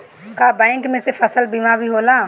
का बैंक में से फसल बीमा भी होला?